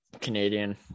Canadian